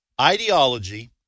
ideology